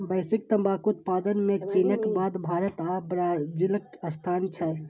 वैश्विक तंबाकू उत्पादन मे चीनक बाद भारत आ ब्राजीलक स्थान छै